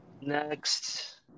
Next